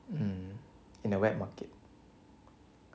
mm in the wet market